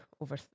over